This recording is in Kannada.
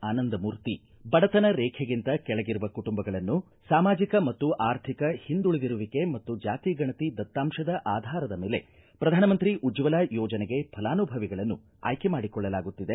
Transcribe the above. ಆನಂದಮೂರ್ತಿ ಬಡತನ ರೇಖೆಗಿಂತ ಕೆಳಗಿರುವ ಕುಟುಂಬಗಳನ್ನು ಸಾಮಾಜಿಕ ಮತ್ತು ಆರ್ಧಿಕ ಹಿಂದುಳಿದಿರುವಿಕೆ ಮತ್ತು ಜಾತಿ ಗಣತಿ ದತ್ತಾಂಶದ ಆಧಾರದ ಮೇಲೆ ಪ್ರಧಾನಮಂತ್ರಿ ಉಜ್ವಲಾ ಯೋಜನೆಗೆ ಫಲಾನುಭವಿಗಳನ್ನು ಆಯ್ಕೆ ಮಾಡಿಕೊಳ್ಳಲಾಗುತ್ತಿದೆ